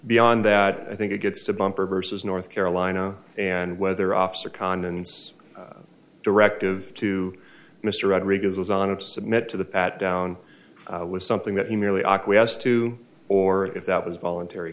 beyond that i think it gets to bumper versus north carolina and whether officer condon's directive to mr rodriguez was honored to submit to the pat down was something that he merely acquiesced to or if that was voluntary